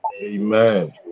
Amen